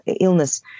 illness